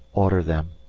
order them,